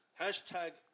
Hashtag